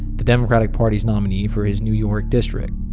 the democratic party's nominee for his new york district.